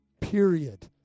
period